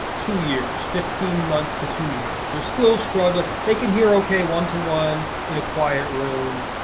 two years, fifteen months to two years. they're still struggling. they can hear okay one to one in a quiet room.